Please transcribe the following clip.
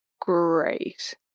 great